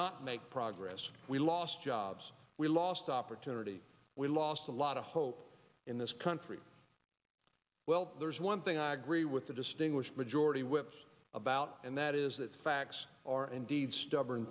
not make progress we lost jobs we lost opportunity we lost a lot of hope in this country well there's one thing i agree with the distinguished majority whips about and that is that facts are indeed stubborn